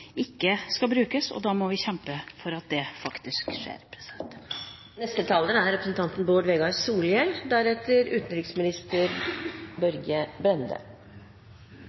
ikke skal brukes, og da må vi kjempe for at det faktisk skjer.